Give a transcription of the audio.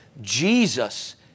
Jesus